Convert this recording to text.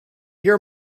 hear